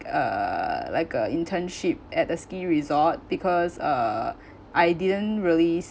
uh like a internship at a ski resort because uh I didn't really